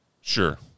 Sure